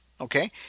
Okay